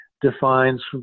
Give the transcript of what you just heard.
defines